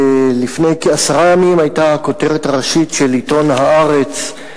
לפני כעשרה ימים היתה הכותרת הראשית של עיתון "הארץ":